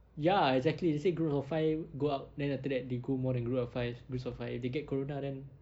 ya exactly they say groups of five go out then after that they go more than group of five groups of five they get corona then